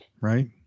right